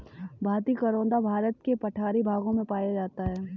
भारतीय करोंदा भारत के पठारी भागों में पाया जाता है